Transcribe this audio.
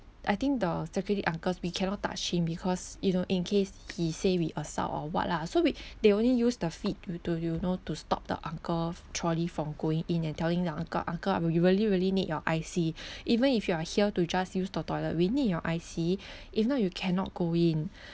I think the security uncles we cannot touch him because you know in case he say we assault or what lah so we they only use the feet to to you know to stop the uncle's trolley from going in and telling the uncle uncle I will really really need your I_C even if you are here to just use the toilet we need your I_C if not you cannot go in